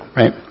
right